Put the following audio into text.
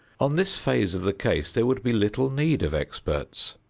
on this phase of the case there would be little need of experts.